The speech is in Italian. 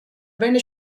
venne